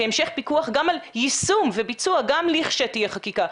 כהמשך פיקוח גם על יישום וביצוע גם לכשתהיה חקיקה,